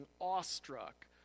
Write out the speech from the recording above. awestruck